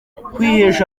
kwihesha